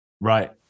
right